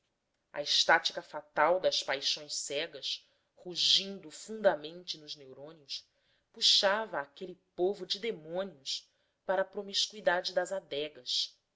a estática fatal das paixões cegas rugindo fundamente nos neurônios puxava aquele povo de demônios para a promiscuidade das adegas